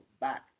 back